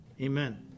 Amen